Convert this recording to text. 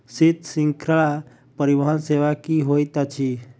शीत श्रृंखला परिवहन सेवा की होइत अछि?